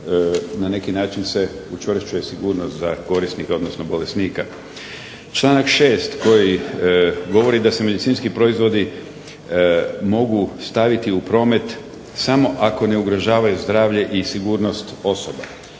na neki način se učvršćuje sigurnost za korisnika, odnosno bolesnika. Članak 6. Koji govori da se medicinski proizvodi mogu staviti u promet samo ako ne ugrožavaju zdravlje i sigurnost osoba.